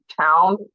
town